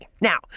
now